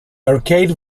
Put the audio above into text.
arcade